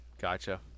Gotcha